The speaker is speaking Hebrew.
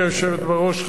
גברתי היושבת בראש,